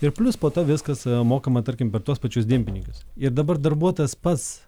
ir plius po to viskas mokama tarkim per tuos pačius dienpinigius ir dabar darbuotojas pats